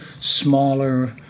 smaller